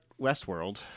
Westworld